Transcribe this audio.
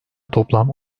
toplam